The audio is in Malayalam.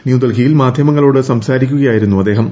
ന്യൂഡൽഹിയിൽ മാധ്യമങ്ങളോട് സംസാരിക്കുകയായിരുന്നു അദ്ദേഹം